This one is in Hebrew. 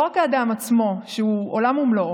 לא רק האדם עצמו, שהוא עולם ומלואו,